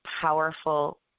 powerful